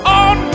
on